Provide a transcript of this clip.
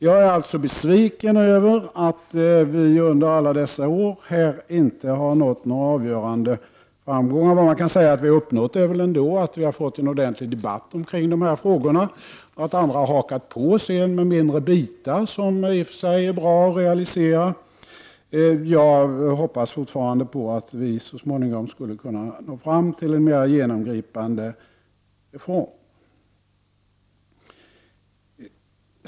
Jag är alltså besviken över att vi under alla dessa år inte har nått några avgörande framgångar. Vad vi har uppnått är att vi har fått en ordentlig debatt omkring de här frågorna och att andra sedan har hakat på med förslag om mindre bitar, som det i och för sig är bra att realisera. Jag hoppas fortfarande att vi så småningom skall kunna nå fram till en mer genomgripande reform.